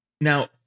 Now